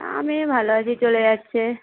আমি ভালো আছি চলে যাচ্ছে